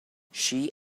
she